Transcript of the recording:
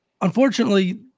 unfortunately